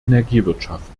energiewirtschaft